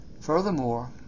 Furthermore